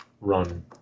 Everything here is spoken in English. Run